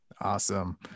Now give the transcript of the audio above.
Awesome